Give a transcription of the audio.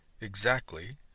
Exactly